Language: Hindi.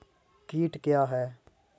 कीट क्या है?